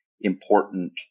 important